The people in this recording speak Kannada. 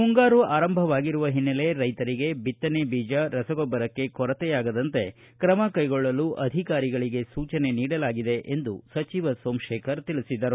ಮುಂಗಾರು ಆರಂಭವಾಗಿರುವ ಹಿನ್ನೆಲೆ ರೈತರಿಗೆ ಬಿತ್ತನೆ ಬೀಜ ರಸಗೊಬ್ಬರಕ್ಕೆ ಕೊರತೆಯಾಗದಂತೆ ತ್ರಮ ಕೈಗೊಳ್ಳಲು ಅಧಿಕಾರಿಗಳಿಗೆ ಸೂಚನೆ ನೀಡಲಾಗಿದೆ ಎಂದು ಸಚಿವ ಸೋಮಶೇಖರ್ ತಿಳಿಸಿದರು